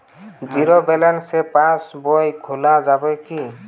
Zero balance পাশ বই খোলা যাবে কি?